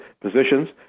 positions